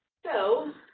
so,